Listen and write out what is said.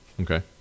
okay